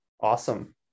Awesome